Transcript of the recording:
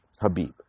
Habib